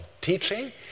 teaching